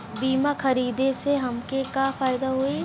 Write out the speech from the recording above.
बीमा खरीदे से हमके का फायदा होई?